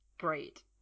great